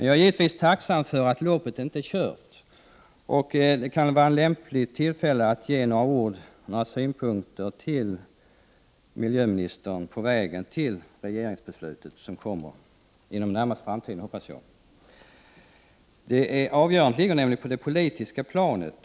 Jag är givetvis tacksam för att loppet inte är kört, och det kan nu vara ett lämpligt tillfälle att ge miljöministern några synpunkter på vägen inför regeringsbeslutet, som jag hoppas kommer inom den närmaste tiden. Avgörandet ligger på det politiska planet.